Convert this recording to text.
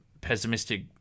pessimistic